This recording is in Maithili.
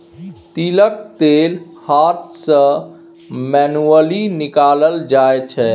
तिलक तेल हाथ सँ मैनुअली निकालल जाइ छै